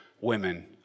women